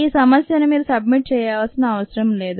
ఈ సమస్యను మీరు సబ్మిట్ చేయాల్సిన అవసరం లేదు